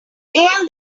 all